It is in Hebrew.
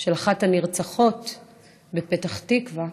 של אחת הנרצחות בפתח תקווה,